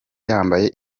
yambaye